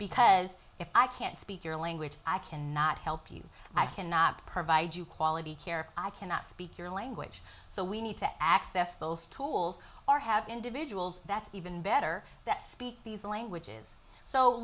because if i can't speak your language i cannot help you i cannot provide you quality care i cannot speak your language so we need to access those tools or have individuals that even better that speak these languages so